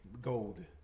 gold